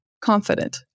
confident